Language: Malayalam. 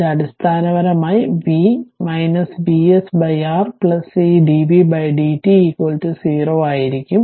ഇത് അടിസ്ഥാനപരമായി v v VsR c dvdt 0 ആയിരിക്കും